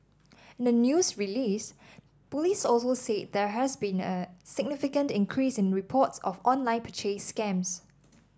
in the news release police also said there has been a significant increase in reports of online purchase scams